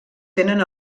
tenen